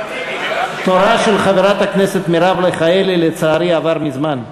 תורה של חברת הכנסת מרב מיכאלי, לצערי, עבר מזמן.